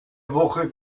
woche